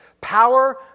power